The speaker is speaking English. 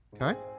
Okay